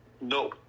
No